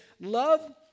love